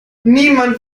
niemand